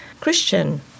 Christian